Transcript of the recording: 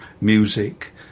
music